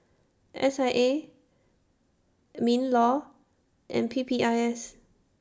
S I A MINLAW and P P I S